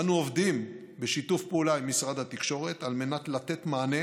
אנו עובדים בשיתוף פעולה עם משרד התקשורת על מנת לתת מענה